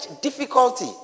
difficulty